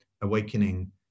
Awakening